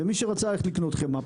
מי שרצה לקנות חמאה,